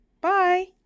Bye